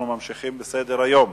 אין מתנגדים ואין נמנעים.